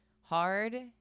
hard